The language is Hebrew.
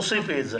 תוסיפי את זה.